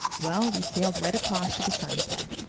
well, we sailed right across to the sunset.